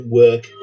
work